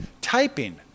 typing